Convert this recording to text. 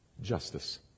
Justice